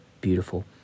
beautiful